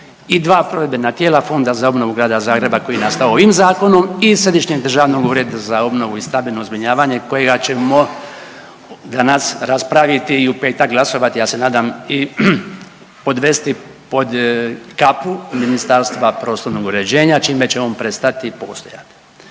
i dva provedbena tijela, Fonda za obnovu Grada Zagreba koji je nastavo ovim zakonom i Središnji državni ured za obnovu i stambeno zbrinjavanje kojega ćemo danas raspraviti i u petak glasovati, ja se nadam i podvesti pod kapu Ministarstva prostornog uređenja, čime će on prestati postojati.